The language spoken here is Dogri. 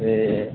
ते